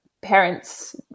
parents